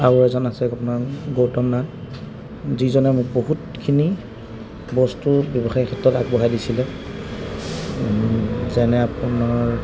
আৰু এজন আছে আপোনাৰ গৌতম নাথ যিজনে মোক বহুতখিনি বস্তুৰ ব্যৱসায় ক্ষেত্ৰত আগবঢ়াই দিছিলে যেনে আপোনাৰ